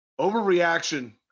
overreaction